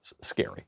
scary